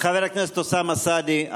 חבר הכנסת אוסאמה סעדי,